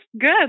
good